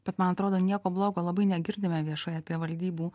bet man atrodo nieko blogo labai negirdime viešai apie valdybų